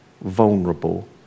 vulnerable